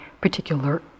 particular